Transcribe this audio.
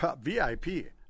VIP